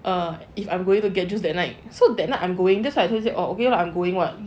err if I'm going to Get Juiced that night so that night I'm going that's why I said I'm going [what] okay lah